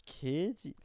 Kids